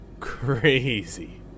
Crazy